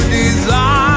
desire